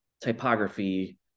typography